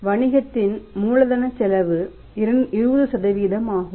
வணிகத்தின் மூலதன செலவு 20 ஆகும்